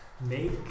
Make